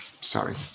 sorry